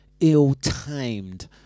ill-timed